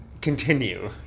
Continue